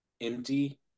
empty